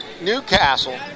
Newcastle